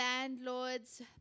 landlords